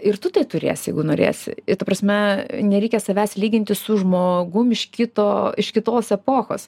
ir tu tai turėsi jeigu norėsi ta prasme nereikia savęs lyginti su žmogum iš kito iš kitos epochos